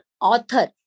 author